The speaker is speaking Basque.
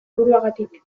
buruagatik